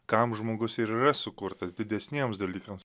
kam žmogus ir yra sukurtas didesniems dalykams